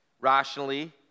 rationally